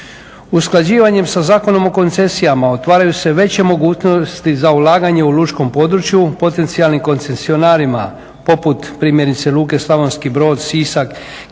Usklađivanjem sa Zakonom o koncesijama otvaraju se veće mogućnosti za ulaganje u lučkom području potencijalnim koncesionarima poput primjerice Luke Slavonski Brod, Sisak gdje